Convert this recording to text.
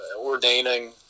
ordaining